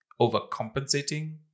overcompensating